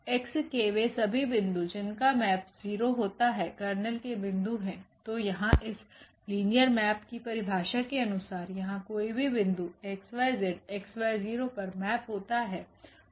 X के वे सभी बिन्दु जिनका मैप 0 होता है कर्नेल के बिंदु हैं तो यहाँ इस लिनियर मैप की परिभाषा के अनुसार यहाँ कोई भी बिंदु xyz 𝑥𝑦0 पर मैप होता है